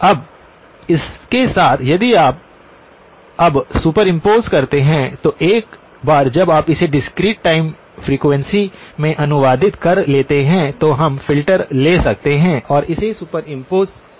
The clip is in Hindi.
अब इसके साथ यदि आप अब सुपरइंपोज़ करते हैं तो एक बार जब आप इसे डिस्क्रीट टाइम फ्रीक्वेंसी में अनुवादित कर लेते हैं तो हम फ़िल्टर ले सकते हैं और इसे सुपरइंपोज़ कर सकते हैं